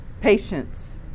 patience